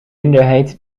minderheid